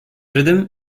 rhythm